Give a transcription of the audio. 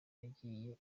agiye